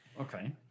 Okay